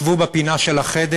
שבו בפינה של החדר,